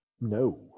No